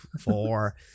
four